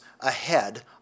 ahead